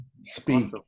speak